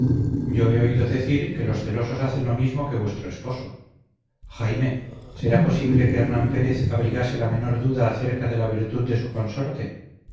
yo he oído decir que los celosos hacen lo mismo que vuestro esposo jaime será posible que hernán pérez abrigase la menor duda acerca de la virtud de su consorte